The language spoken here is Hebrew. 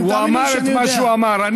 הוא אמר את מה שהוא אמר.